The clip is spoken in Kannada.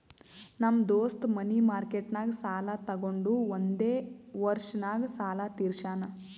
ನಮ್ ದೋಸ್ತ ಮನಿ ಮಾರ್ಕೆಟ್ನಾಗ್ ಸಾಲ ತೊಗೊಂಡು ಒಂದೇ ವರ್ಷ ನಾಗ್ ಸಾಲ ತೀರ್ಶ್ಯಾನ್